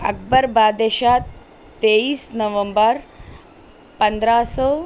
اکبر بادشاہ تئیس نومبر پندرہ سو